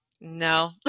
no